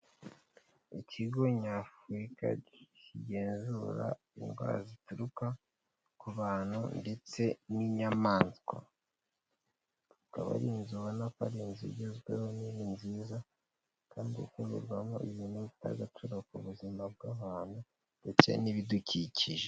Ikigo nyafurika kigenzura indwara zituruka ku bantu ndetse n'inyamaswa, akaba ari inzu ubona ko ari inzu igezweho nini nziza kandi ikorerwamo ibintu bifite agaciro ku buzima bw'abantu ndetse n'ibidukikije.